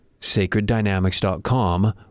sacreddynamics.com